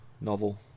novel